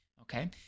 Okay